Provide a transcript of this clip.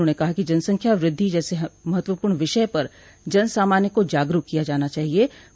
उन्होंने कहा कि जनसंख्या वृद्धि जैसे महत्वपूर्ण विषय पर जनसामान्य को जागरूक किया जाना आवश्यक है